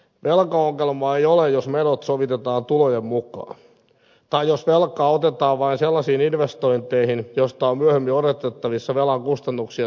velkaongelmaa ei ole jos menot sovitetaan tulojen mukaan tai jos velkaa otetaan vain sellaisiin investointeihin joista on myöhemmin odotettavissa velan kustannuksia suurempia tuloja